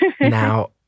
Now